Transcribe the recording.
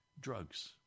drugs